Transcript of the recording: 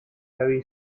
very